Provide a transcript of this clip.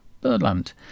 Birdland